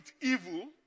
evil